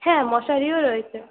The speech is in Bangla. হ্যাঁ মশারিও রয়েছে